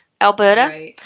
Alberta